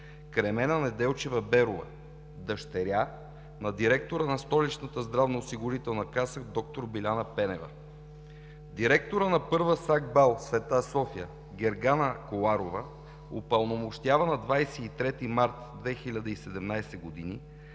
Кремена Неделчева Берова – дъщеря на директора на Столичната здравноосигурителна каса д-р Биляна Пенева. Директорът на Първа САГБАЛ „Света София“ Гергана Коларова упълномощава на 23 март 2017 г.